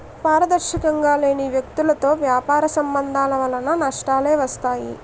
పారదర్శకంగా లేని వ్యక్తులతో వ్యాపార సంబంధాల వలన నష్టాలే వస్తాయి